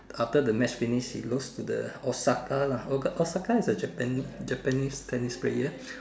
after the match finish he lose to the Osaka lah Osaka is a Japanese Japanese tennis player